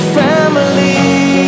family